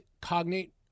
cognate